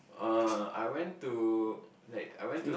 uh I went to like I went to